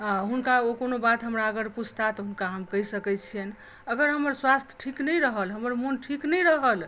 आ हुनका ओ कोनो बात हमरा अगर पुछताह तऽ हुनका हम कहि सकैत छियनि अगर हमर स्वास्थ्य ठीक नहि रहल हमर मोन ठीक नहि रहल